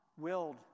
willed